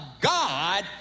God